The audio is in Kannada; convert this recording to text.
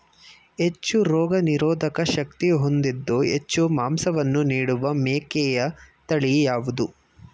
ಹೆಚ್ಚು ರೋಗನಿರೋಧಕ ಶಕ್ತಿ ಹೊಂದಿದ್ದು ಹೆಚ್ಚು ಮಾಂಸವನ್ನು ನೀಡುವ ಮೇಕೆಯ ತಳಿ ಯಾವುದು?